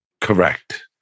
Correct